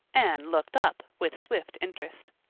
anne looked up with swift interest.